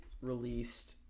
released